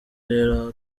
rero